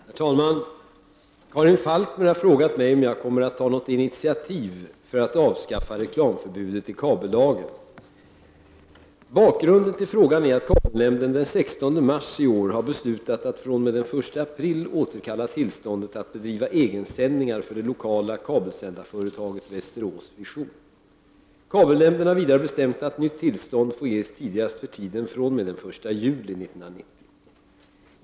Herr talman! Karin Falkmer har frågat mig om jag kommer att ta något initiativ för att avskaffa reklamförbudet i kabellagen. Bakgrunden till frågan är att kabelnämnden den 16 mars har beslutat att fr.o.m. den 1 april 1990 återkalla tillståndet att bedriva egensändningar för det lokala kabelsändarföretaget Västerås Vision. Kabelnämnden har vidare bestämt att nytt tillstånd får ges tidigast för tiden fr.o.m. den 1 juli 1990.